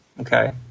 Okay